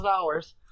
hours